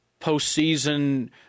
postseason